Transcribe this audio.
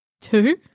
Two